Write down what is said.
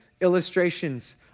illustrations